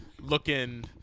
looking